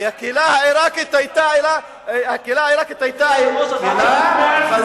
כי הקהילה העירקית היתה חזקה,